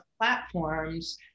platforms